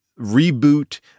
reboot